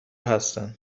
هستن